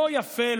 לא יפה,